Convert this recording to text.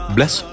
Bless